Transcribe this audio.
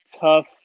tough